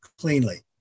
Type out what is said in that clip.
cleanly